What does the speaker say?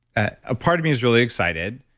ah a part of me is really excited,